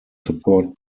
support